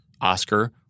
Oscar